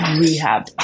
rehab